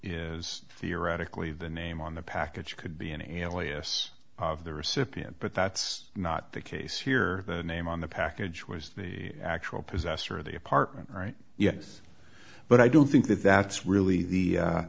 is theoretically the name on the package could be an alias of the recipient but that's not the case here the name on the package was the actual possessor of the apartment right yes but i don't think that that's really the